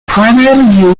primarily